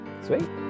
sweet